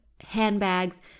handbags